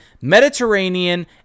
Mediterranean